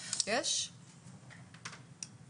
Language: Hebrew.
גאולה גם חידדה את זה שהוראת השעה הזאת